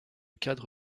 cadre